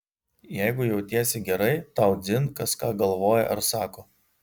jeigu jautiesi gerai tau dzin kas ką galvoja ar sako